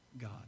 God